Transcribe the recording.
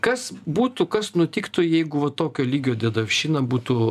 kas būtų kas nutiktų jeigu va tokio lygio dedavščina būtų